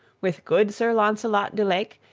with good sir launcelot du lake,